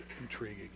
intriguing